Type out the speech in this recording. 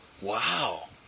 wow